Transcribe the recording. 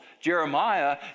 Jeremiah